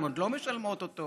הן עוד לא משלמות אותו,